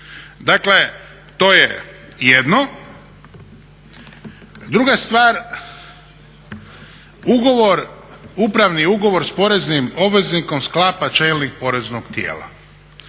Dakle, to je jedno. Druga stvar, ugovor, upravni ugovor s poreznim obveznikom sklapa čelnik poreznog tijela.